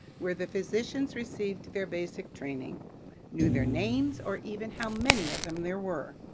where the physicians received their basic training knew their names or even how many of them there were.